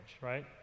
right